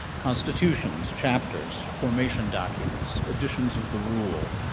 constitutions, chapters, formation documents, editions of the rule,